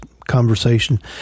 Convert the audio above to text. conversation